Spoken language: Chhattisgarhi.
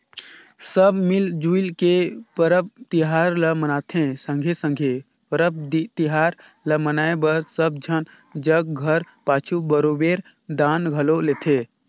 सब मिल जुइल के परब तिहार ल मनाथें संघे संघे परब तिहार ल मनाए बर सब झन जग घर पाछू बरोबेर दान घलो लेथें